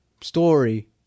story